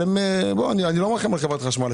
אני לא מרחם על חברת החשמל,